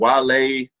Wale